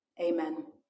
Amen